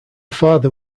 father